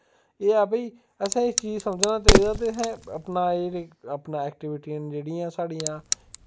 एह् ऐ भाई असें एह् चीज समझना चाहिदी ते असें अपना एह् अपने एक्टिविटियां न जेह्ड़ियां साढ़ियां